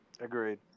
Agreed